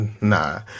nah